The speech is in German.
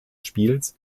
spiels